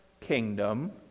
kingdom